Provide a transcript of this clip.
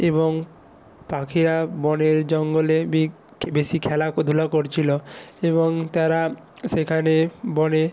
এবং পাখিরা বনে জঙ্গলে বেশি খেলাধূলা করছিলো এবং তারা সেখানে বনে